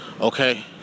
Okay